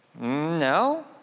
No